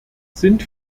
sind